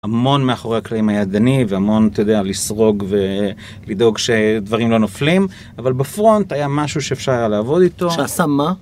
המון מאחורי הקלעים הידני והמון, אתה יודע, לסרוג ולדאוג שדברים לא נופלים אבל בפרונט היה משהו שאפשר היה לעבוד איתו שעשה מה